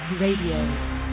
Radio